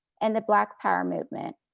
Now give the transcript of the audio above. and the black power movement,